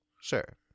Sure